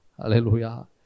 Hallelujah